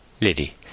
Liddy